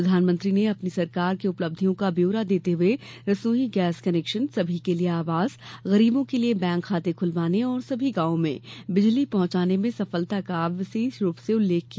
प्रधानमंत्री ने अपनी सरकार की उपलब्धियों का ब्यौरा देते हुए रसोई गैस कनेक्शन सभी के लिए आवास गरीबों के लिए बैंक खाते खुलवाने और सभी गांवों में बिजली पहुंचाने में सफलता का विशेष रूप से उल्लेख किया